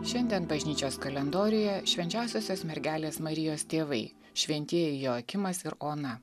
šiandien bažnyčios kalendoriuje švenčiausiosios mergelės marijos tėvai šventieji joakimas ir ona